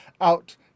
out